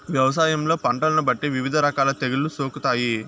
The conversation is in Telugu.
వ్యవసాయంలో పంటలను బట్టి వివిధ రకాల తెగుళ్ళు సోకుతాయి